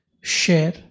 share